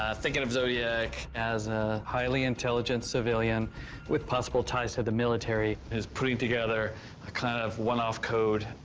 ah thinking of zodiac as a highly intelligent civilian with possible ties to the military, who's putting together a kind of one-off code.